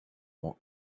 more